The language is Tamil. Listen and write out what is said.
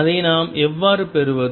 அதை நாம் எவ்வாறு பெறுவது